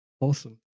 Awesome